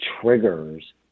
triggers